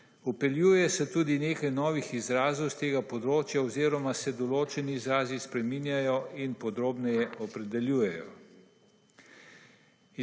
Vpeljuje se tudi nekaj novih izrazov s tega področja oziroma se določeni izrazi spreminjajo in podrobneje opredeljujejo.